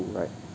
right